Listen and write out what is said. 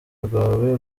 rwawe